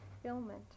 fulfillment